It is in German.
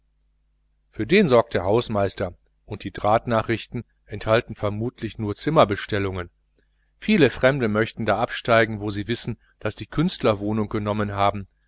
für dieses sorgt der portier und die telegramme enthalten vermutlich alle nur zimmerbestellungen viele fremde möchten da absteigen wo sie wissen daß die künstler ihr absteigequartier genommen haben